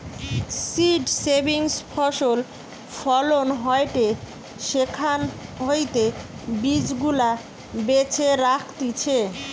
seed saving ফসল ফলন হয়টে সেখান হইতে বীজ গুলা বেছে রাখতিছে